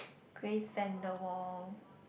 Grace Vanderwaal